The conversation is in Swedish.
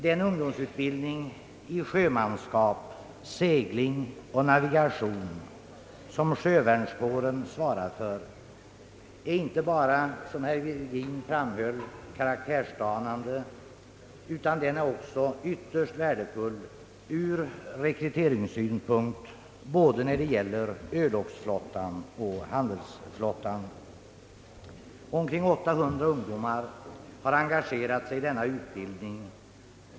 Den ungdomsutbildning i sjömanskap, segling och navigation som sjövärnskåren svarar för är inte bara — som herr Virgin också framhöll — karaktärsdanande, utan den är också ytterst värdefull ur rekryteringssynpunkt när det gäller såväl örlogsflottan som handelsflottan. Omkring 800 ungdomar har engagerats i denna utbildning.